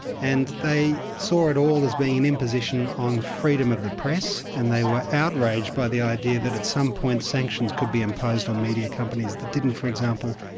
and they saw it all as being an imposition on freedom of the press, and they were outraged by the idea that at some point sanctions could be imposed on media companies that didn't, for example,